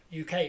UK